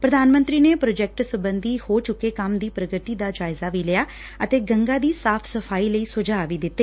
ਪੁਧਾਨ ਮੰਤਰੀ ਨੇ ਪੋਜੈਕਟ ਸਬੰਧੀ ਹੋ ਚੁੱਕੇ ਕੰਮ ਦੀ ਪੁਗਤੀ ਦਾ ਜਾਇਜ਼ਾ ਲਿਆ ਅਤੇ ਗੰਗਾ ਦੀ ਸਾਫ਼ ਸਫ਼ਾਈ ਲਈ ਸੁਝਾਅ ਵੀ ਦਿੱਤੇ